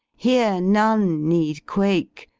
here none need quake,